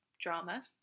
drama